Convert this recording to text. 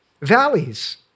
valleys